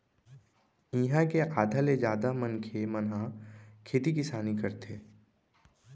इहाँ के आधा ले जादा मनखे मन ह खेती किसानी करथे